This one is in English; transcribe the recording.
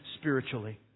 spiritually